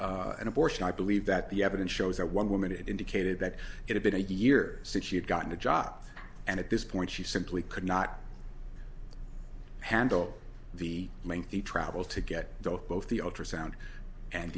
get an abortion i believe that the evidence shows that one woman it indicated that it had been a year since she had gotten a job and at this point she simply could not handle the lengthy travel to get both the ultrasound and